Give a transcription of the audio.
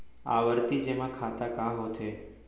आवर्ती जेमा खाता का होथे?